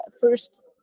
first